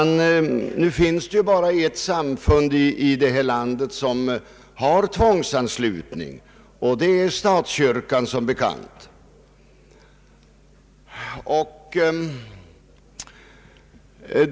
Nu finns det ju bara ett samfund i detta land som har tvångsanslutning, och det är som bekant statskyrkan.